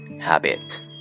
habit